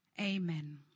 Amen